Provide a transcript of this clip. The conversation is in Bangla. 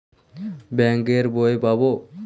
বাংক এর বই পাবো?